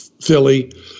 Philly